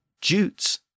jutes